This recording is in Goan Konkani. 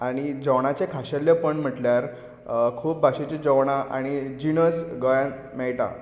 आनी जेवणाचें खाशेल्लेपण म्हटल्यार खूब भाशेचें जोवणां आनी जिणस गोंयांत मेळटा